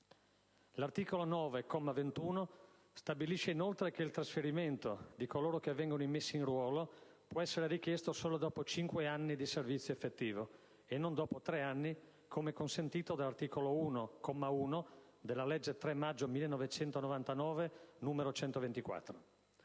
L'articolo 9, comma 21, stabilisce inoltre che il trasferimento di coloro che vengono immessi in ruolo può essere richiesto solo dopo 5 anni di servizio effettivo e non dopo 3 anni, come consentito dall'articolo 1, comma 1, della legge n. 124